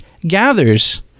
gathers